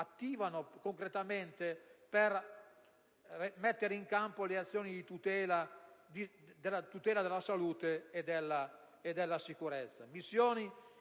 attivano concretamente per mettere in campo le azioni di tutela della salute e della sicurezza.